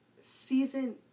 season